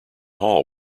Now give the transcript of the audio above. hall